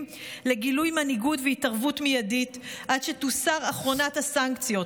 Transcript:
לגילוי מנהיגות וךהתערבות מיידית עד שתוסר אחרונת הסנקציות,